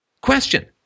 question